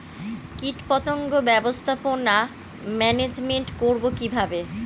কীটপতঙ্গ ব্যবস্থাপনা ম্যানেজমেন্ট করব কিভাবে?